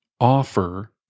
offer